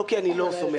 לא כי אני לא סומך.